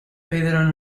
pedro